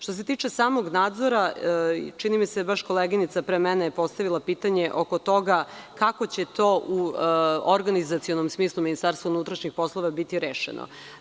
Što se tiče samog nadzora, čini mi se da je baš koleginica pre mene postavila pitanje oko toga kako će to u organizacionom smislu MUP biti rešeno?